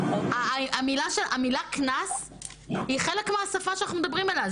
המילה קנס היא חלק מהשפה שאנחנו מדברים עליה.